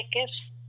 gifts